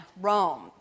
Rome